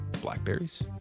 blackberries